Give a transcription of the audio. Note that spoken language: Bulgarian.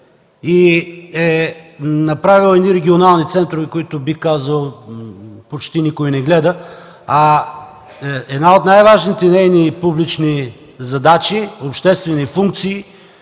и е направила едни регионални центрове, които, бих казал, почти никой не гледа. А една от най-важните нейни публични задачи, обществени функции,